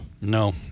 No